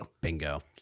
Bingo